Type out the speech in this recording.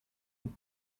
and